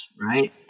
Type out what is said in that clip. right